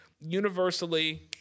universally